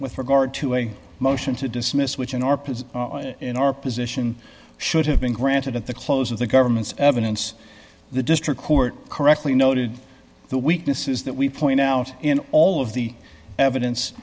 with regard to a motion to dismiss which in our presence in our position should have been granted at the close of the government's evidence the district court correctly noted the weaknesses that we point out in all of the evidence